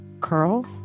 curls